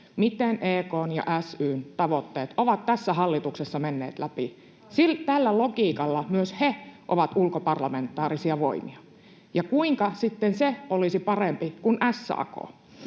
miten EK:n ja SY:n tavoitteet ovat tässä hallituksessa menneet läpi — tällä logiikalla myös ne ovat ulkoparlamentaarisia voimia, ja kuinka ne sitten olisivat parempia kuin SAK?